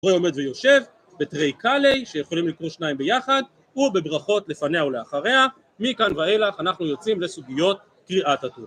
בואי עומד ויושב בתרי קאלי שיכולים לקרוא שניים ביחד ובברכות לפניה ולאחריה מכאן ואילך אנחנו יוצאים לסוגיות קריאת התור